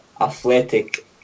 athletic